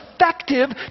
effective